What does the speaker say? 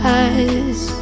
eyes